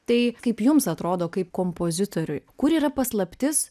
tai kaip jums atrodo kaip kompozitoriui kur yra paslaptis